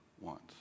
wants